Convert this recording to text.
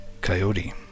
coyote